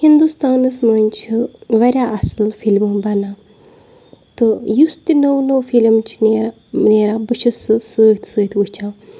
ہِندوستانَس منٛز چھِ واریاہ اَصٕل فِلَم بَنان تہٕ یُس تہِ نٔو نٔو فِلِم چھِ نیران بہٕ چھُس سُہ سۭتۍ سۭتۍ وُچھان